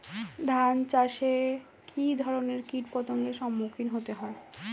ধান চাষে কী ধরনের কীট পতঙ্গের সম্মুখীন হতে হয়?